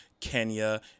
Kenya